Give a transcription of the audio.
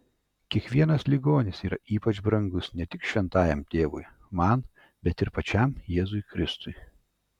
kiekvienas ligonis yra ypač brangus ne tik šventajam tėvui man bet ir pačiam jėzui kristui